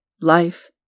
life